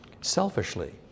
selfishly